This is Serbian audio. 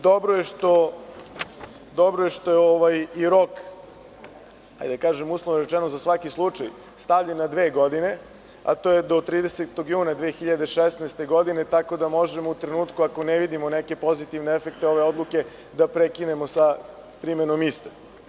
Dobro je što je i rok, uslovno rečeno, za svaki slučaj stavljen na dve godine, ako je do 30. juna 2016. godine, tako da možemo u trenutku, ako ne vidimo neke pozitivne efekte ove odluke, da prekinemo sa primenom iste.